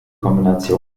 kombination